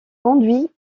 conduit